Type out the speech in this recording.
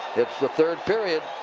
it's the third period.